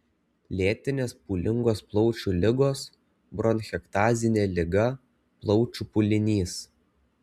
lėtinės pūlingos plaučių ligos bronchektazinė liga plaučių pūlinys